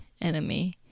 enemy